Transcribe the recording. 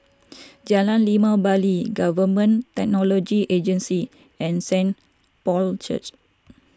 Jalan Limau Bali Government Technology Agency and Saint Paul's Church